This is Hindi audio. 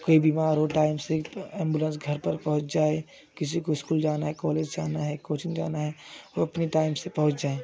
कोई बीमार हो टाइम से एंबुलेंस घर पर पहुँच जाए किसी को स्कूल जाना है कॉलेज जाना है कोचिंग जाना है वो अपनी टाइम से पहुँच जाए